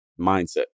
mindset